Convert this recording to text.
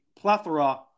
plethora